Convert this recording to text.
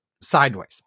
Sideways